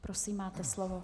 Prosím, máte slovo.